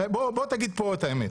בוא תגיד פה את האמת.